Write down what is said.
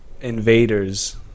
invaders